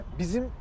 bizim